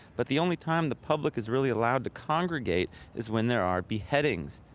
but the only time the public is really allowed to congregate is when there are beheadings.